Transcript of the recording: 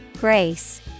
Grace